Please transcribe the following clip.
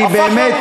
אני באמת,